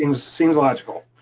seems seems logical.